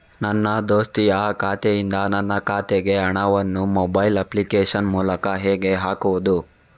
ನನ್ನ ದೋಸ್ತಿಯ ಖಾತೆಯಿಂದ ನನ್ನ ಖಾತೆಗೆ ಹಣವನ್ನು ಮೊಬೈಲ್ ಅಪ್ಲಿಕೇಶನ್ ಮೂಲಕ ಹೇಗೆ ಹಾಕುವುದು?